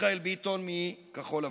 מיכאל ביטון מכחול לבן.